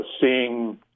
Seeing